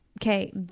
okay